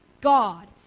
God